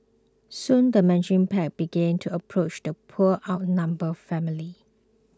soon the mention pack began to approach the poor outnumbered family